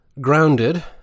grounded